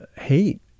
hate